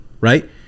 right